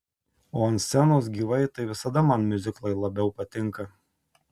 o ant scenos gyvai tai visada man miuziklai labiau patinka